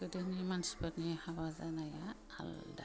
गोदोनि मानसिफोरनि हाबा जानाया आलदा